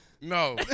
No